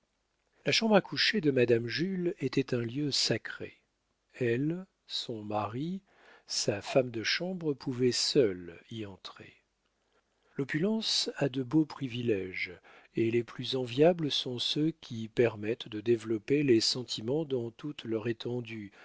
la chambre à coucher de madame jules était un lieu sacré elle son mari sa femme de chambre pouvaient seuls y entrer l'opulence a de beaux priviléges et les plus enviables sont ceux qui permettent de développer les sentiments dans toute leur étendue